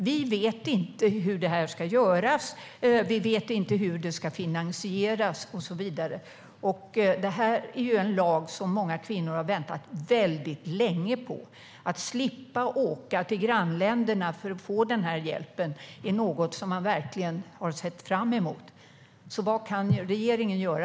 Vi vet inte hur det här ska göras, vi vet inte hur det här ska finansieras och så vidare. Det här är en lag som många kvinnor har väntat väldigt länge på. Att slippa åka till grannländerna för att få den här hjälpen är något som man verkligen har sett fram emot. Vad kan regeringen göra?